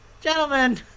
Gentlemen